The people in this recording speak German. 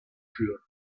führten